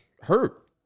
hurt